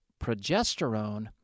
progesterone